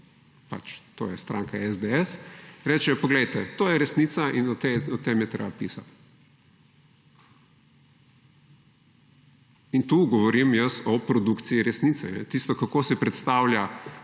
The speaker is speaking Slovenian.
pač to je stranka SDS, rečejo, poglejte, to je resnica in o tem je treba pisat. In tu govorim jaz o produkciji resnice. Tisto, kako si predstavlja